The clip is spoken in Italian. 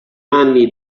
anni